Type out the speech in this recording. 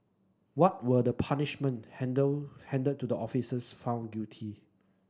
what were the punishment handle handed to the officers found guilty